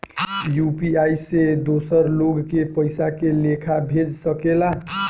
UPI से दोसर लोग के पइसा के लेखा भेज सकेला?